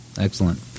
Excellent